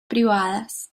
privadas